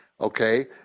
okay